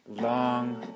long